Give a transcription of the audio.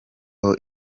ibyo